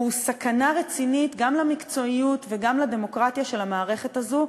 הוא סכנה רצינית גם למקצועיות וגם לדמוקרטיה של המערכת הזו,